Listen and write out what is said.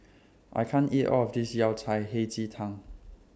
I can't eat All of This Yao Cai Hei Ji Tang